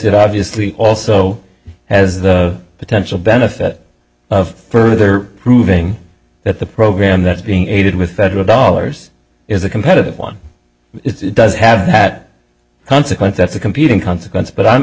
it obviously also has the potential benefit of further proving that the program that's being aided with federal dollars is a competitive one it does have that consequence that's a competing consequence but i'm